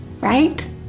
right